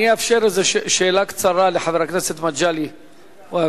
אני אאפשר שאלה קצרה לחבר הכנסת מגלי והבה.